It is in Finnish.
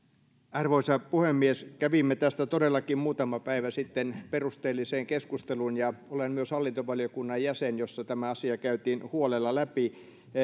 arvoisa puhemies kävimme tästä todellakin muutama päivä sitten perusteellisen keskustelun ja olen myös hallintovaliokunnan jäsen jossa tämä asia käytiin huolella läpi